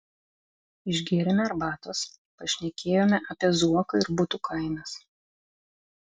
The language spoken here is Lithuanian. išgėrėme arbatos pašnekėjome apie zuoką ir butų kainas